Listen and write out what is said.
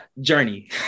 Journey